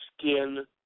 skin